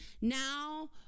now